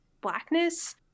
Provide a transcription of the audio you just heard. Blackness